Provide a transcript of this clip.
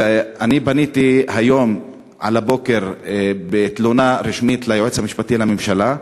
פניתי היום על הבוקר בתלונה רשמית ליועץ המשפטי לממשלה,